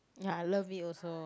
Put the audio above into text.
ya I love it also